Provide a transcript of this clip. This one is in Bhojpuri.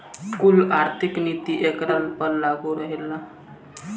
कुल आर्थिक नीति एकरा पर लागू रहेला